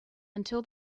until